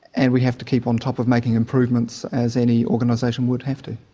and we have to keep on top of making improvements as any organisation would have to.